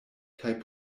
kaj